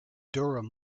durham